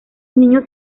niños